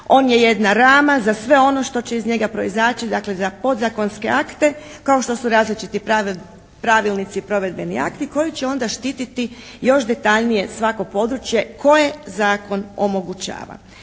on je jedna rama za sve ono što će iz njega proizaći, dakle za podzakonske akte kao što su različiti pravilnici i provedbeni akti koji će onda štititi još detaljnije svako područje koje zakon omogućava.